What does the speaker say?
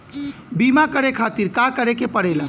बीमा करे खातिर का करे के पड़ेला?